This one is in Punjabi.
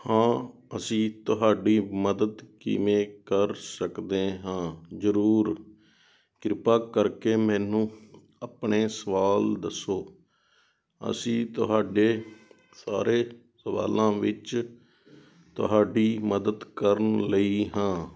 ਹਾਂ ਅਸੀਂ ਤੁਹਾਡੀ ਮਦਦ ਕਿਵੇਂ ਕਰ ਸਕਦੇ ਹਾਂ ਜ਼ਰੂਰ ਕਿਰਪਾ ਕਰਕੇ ਮੈਨੂੰ ਆਪਣੇ ਸਵਾਲ ਦੱਸੋ ਅਸੀਂ ਤੁਹਾਡੇ ਸਾਰੇ ਸਵਾਲਾਂ ਵਿੱਚ ਤੁਹਾਡੀ ਮਦਦ ਕਰਨ ਲਈ ਹਾਂ